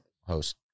host